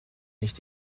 nicht